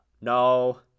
No